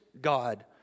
god